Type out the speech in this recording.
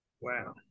Wow